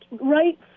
right